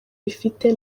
bifite